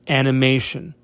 animation